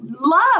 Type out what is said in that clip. love